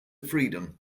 freedom